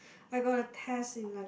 I got a test in like